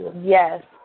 yes